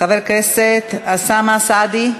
חבר הכנסת אוסאמה סעדי.